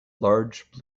large